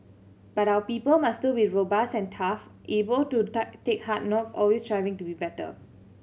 but our people must still be robust and tough able to tuck take hard knocks always striving to be better